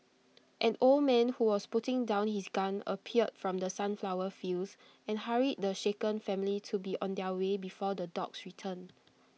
an old man who was putting down his gun appeared from the sunflower fields and hurried the shaken family to be on their way before the dogs return